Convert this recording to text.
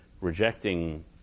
rejecting